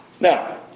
Now